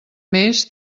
més